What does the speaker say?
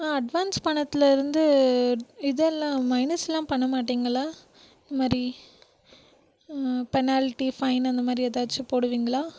advance பணத்திலேருந்து இதெல்லாம் மைனஸெலாம் பண்ண மாட்டிங்ல்லை இது மாதிரி பெனாலிட்டி ஃபைன் அந்த மாதிரி ஏதாச்சும் போடுவீங்களா